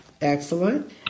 Excellent